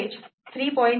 3 V rail voltage 3